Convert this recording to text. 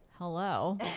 Hello